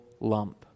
lump